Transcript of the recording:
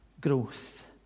growth